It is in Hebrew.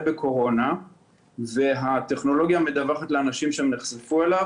בקורונה והטכנולוגיה מדווחת לאנשים שנחשפו אליו